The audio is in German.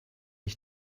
ich